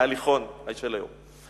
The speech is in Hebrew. ההליכון של היום.